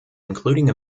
including